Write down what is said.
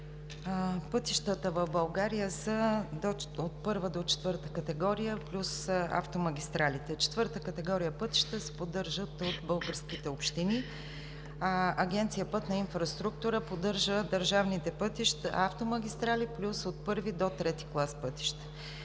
пътищата в България са от първа до четвърта категория, плюс автомагистралите. Четвърта категория пътища се поддържат от българските общини, а Агенция „Пътна инфраструктура“ поддържа държавните пътища, автомагистрали, плюс от първи до трети клас пътища.